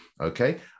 okay